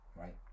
right